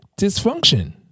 dysfunction